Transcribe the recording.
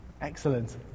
excellent